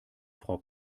frau